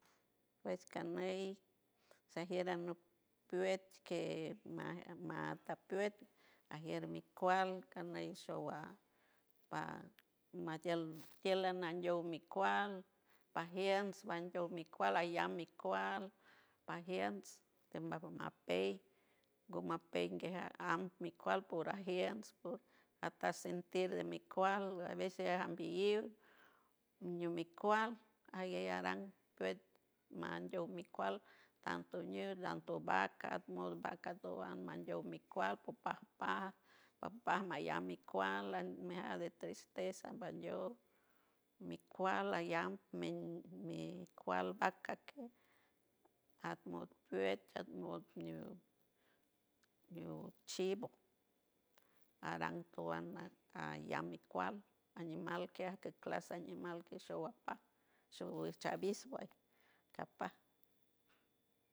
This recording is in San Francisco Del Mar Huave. Pues ganey sagier anop piet que ma mat a pet ajier mi cual aney shua pa matiel tiel anoy mi cual pajiems pandow mi cual ayam mi cual pa jiens te ma man napey guma pey ngue aja an mi cual por ajiems por ata sentir te mi cual a veces ambiiw yu mi cual aguey aran pet mantow mi cual tan tu nuw tanto vaca ad modo vaca at wan manñow mi cual go papa mayam mi cual ayam mi cual vaca que at modo pet, at modo ño ño chivo aran coan allam mi cual animal animal qui que clase animal que show apa show aviso pue capa.